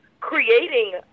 creating